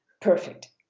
perfect